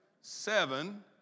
Seven